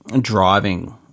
driving